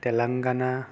Telangana